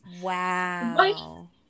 Wow